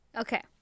Okay